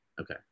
okay